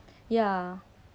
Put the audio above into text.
ya